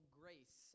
grace